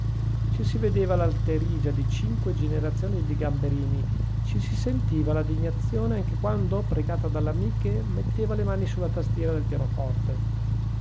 ci si vedeva l'alterigia di cinque generazioni di gamberini ci si sentiva la degnazione anche quando pregata dalle amiche metteva le mani sulla tastiera del pianoforte